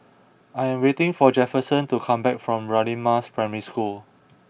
I am waiting for Jefferson to come back from Radin Mas Primary School